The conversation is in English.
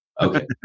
Okay